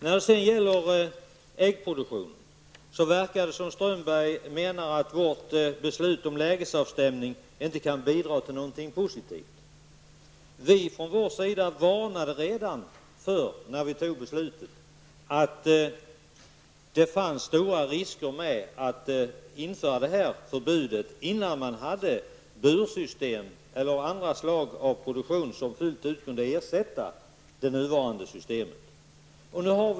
När det gäller äggproduktionen verkar det som om Håkan Strömberg menar att vårt beslut om lägesavstämning inte kan bidra till något positivt. Redan när beslutet fattades varnade vi från vår sida för att det fanns stora risker med att införa detta förbud innan man hade bursystem eller andra slag av produktion som fullt ut kunde ersätta det nuvarande systemet.